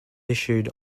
issued